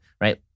right